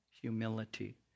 Humility